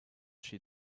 she